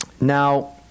Now